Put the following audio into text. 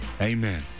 amen